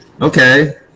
okay